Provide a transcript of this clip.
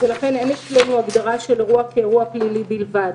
ולכן אין אצלנו הגדרה של אירוע כאירוע פלילי בלבד.